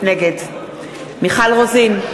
נגד מיכל רוזין,